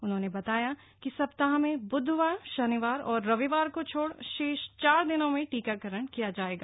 उन्होंने बताया कि सप्ताह में ब्धवार शनिवार और रविवार को छोड़ शेष चार दिनों में टीकाकरण किया जाएगा